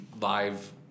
live